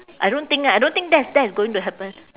I don't think I don't think that is that is going to happen